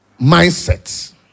mindsets